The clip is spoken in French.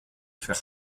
faire